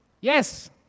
Yes